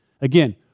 Again